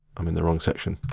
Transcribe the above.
i'm in the wrong section.